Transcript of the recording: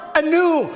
anew